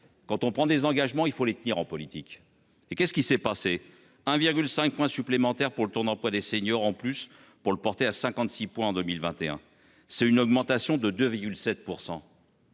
Quand on prend des engagements il faut les tenir en politique. Et qu'est-ce qui s'est passé 1,5 points supplémentaires pour le ton emploi des seniors en plus pour le porter à 56 en 2021. C'est une augmentation de 2,7%.